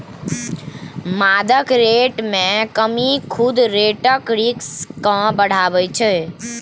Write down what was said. सुदक रेट मे कमी सुद रेटक रिस्क केँ बढ़ाबै छै